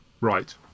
Right